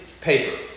paper